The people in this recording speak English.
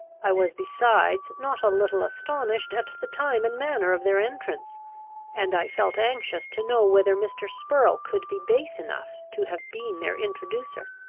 i was besides not a little astonished at the time and manner of their entrance and i felt anxious to know whether mr. spurrel could be base enough to have been their introducer.